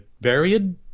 Varied